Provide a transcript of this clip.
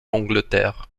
angleterre